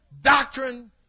doctrine